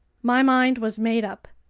my mind was made up.